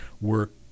work